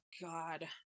God